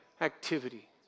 activity